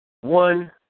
One